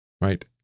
Right